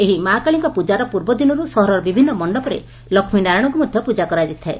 ଏହି ମାକାଳୀଙ୍କ ପୂଜାର ପୂର୍ବ ଦିନରୁ ସହରର କିଛି ମଣ୍ଡପରେ ଲକ୍ଷୀନାରାୟଣଙ୍କୁ ମଧ୍ଧ ପୂଜା କରାଯାଇଥାଏ